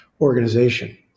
organization